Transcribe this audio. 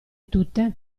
tutte